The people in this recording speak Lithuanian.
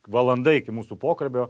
valanda iki mūsų pokalbio